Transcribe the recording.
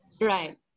Right